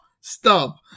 Stop